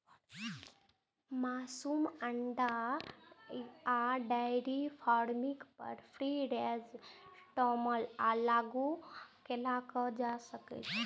मासु, अंडा आ डेयरी फार्मिंग पर फ्री रेंज सिस्टम लागू कैल जा सकै छै